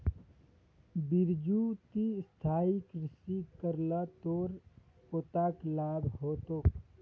बिरजू ती स्थायी कृषि कर ल तोर पोताक लाभ ह तोक